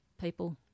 people